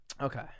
Okay